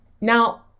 Now